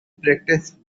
practiced